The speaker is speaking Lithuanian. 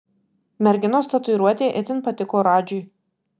merginos tatuiruotė itin patiko radžiui